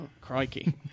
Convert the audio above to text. Crikey